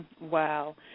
Wow